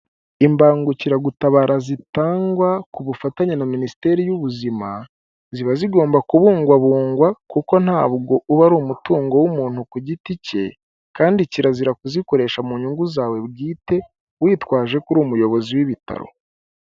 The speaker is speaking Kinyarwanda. Imbangukiragutabara zitangwa ku bufatanye na minisiteri y'ubuzima, ziba zigomba kubungwabungwa kuko ntabwo uba ari umutungo w'umuntu ku giti cye, kandi kirazira kuzikoresha mu nyungu zawe bwite, witwaje ko uri umuyobozi w'ibitaro.